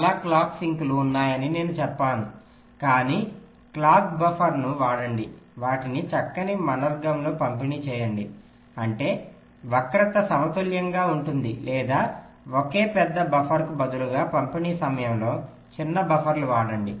చాలా క్లాక్ సింక్లు ఉన్నాయని నేను చెప్పాను ఒకే క్లాక్ బఫర్ను వాడండి వాటిని చక్కని మనర్గంలో పంపిణీ చేయండి అంటే వక్రత సమతుల్యంగా ఉంటుంది లేదా ఒకే పెద్ద బఫర్కు బదులుగా పంపిణీ సమయంలో చిన్న బఫర్లు వాడండి